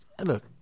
look